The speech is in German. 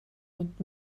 mit